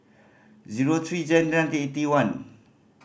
zero three Jan nine eighty one